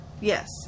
Yes